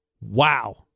wow